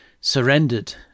surrendered